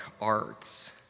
arts